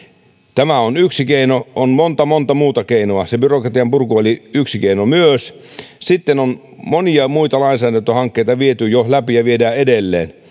tämä on yksi keino on monta monta muuta keinoa se byrokratian purku oli yksi keino myös sitten on monia muita lainsäädäntöhankkeita viety jo läpi ja viedään edelleen